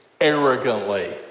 arrogantly